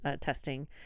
testing